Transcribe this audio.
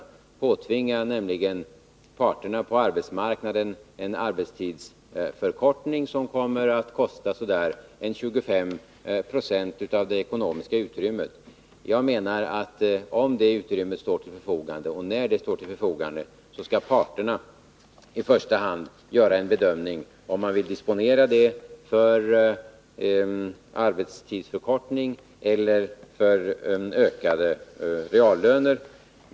Han vill nämligen påtvinga parterna på arbetsmarknaden en arbetstidsförkortning som kommer att kosta ca 25 20 av det ekonomiska utrymmet. Jag menar att om och när det utrymmet står till förfogande skall i första hand parterna bedöma om de vill disponera det för arbetstidsförkortning eller för ökade reallöner.